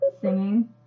singing